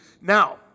Now